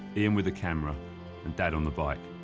ian with the camera and dad on the bike.